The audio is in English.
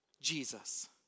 Jesus